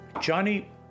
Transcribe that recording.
Johnny